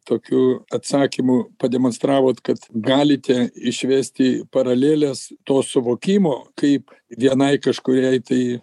tokiu atsakymu pademonstravot kad galite išvesti paraleles to suvokimo kaip vienai kažkuriai tai